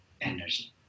energy